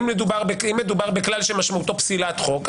אם מדובר בכלל שמשמעתו פסילת חוק,